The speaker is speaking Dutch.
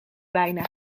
bijna